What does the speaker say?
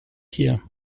hier